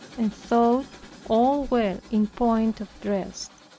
and thought all well in point of dress.